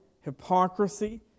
hypocrisy